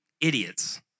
idiots